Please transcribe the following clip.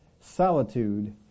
Solitude